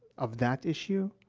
of that issue,